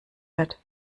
wird